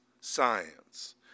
science